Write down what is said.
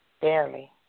barely